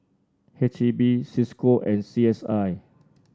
H E B Cisco and C S I